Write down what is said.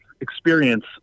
experience